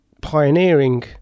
pioneering